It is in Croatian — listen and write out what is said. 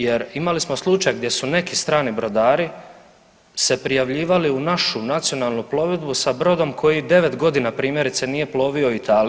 Jer imali smo slučaj gdje su neki strani brodari se prijavljivali u našu nacionalnu plovidbu sa brodom koji 9 godina primjerice nije plovio Italiji.